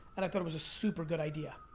and i thought it was a super good idea.